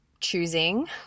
choosing